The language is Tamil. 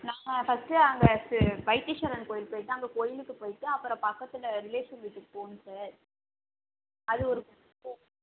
நாங்கள் ஃபர்ஸ்ட்டு அங்கே வைத்தீஸ்வரன் கோயில் போய்ட்டு அங்கே கோயிலுக்கு போய்ட்டு அப்புறோம் பக்கத்தில் ரிலேஷன் வீட்டுக்கு போகணும் சார் அது ஒரு